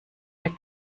der